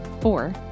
Four